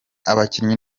abakinnyi